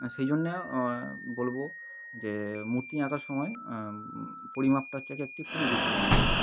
আর সেই জন্যে বলবো যে মূর্তি আঁকার সময় পরিমাপটা হচ্ছে গিয়ে একটি খুবই গুরুত্বপূর্ণ অংশ